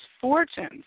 fortunes